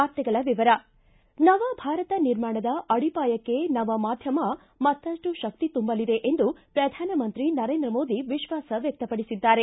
ವಾರ್ತೆಗಳ ವಿವರ ನವಭಾರತ ನಿರ್ಮಾಣದ ಅಡಿಪಾಯಕ್ಕೆ ನವಮಾಧ್ಯಮ ಮತ್ತಷ್ಟು ಶಕ್ತಿ ತುಂಬಲಿದೆ ಎಂದು ಪ್ರಧಾನಮಂತ್ರಿ ನರೇಂದ್ರ ಮೋದಿ ವಿಶ್ವಾಸ ವ್ಕ್ತಪಡಿಸಿದ್ದಾರೆ